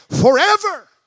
forever